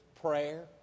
prayer